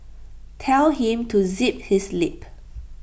tell him to zip his lip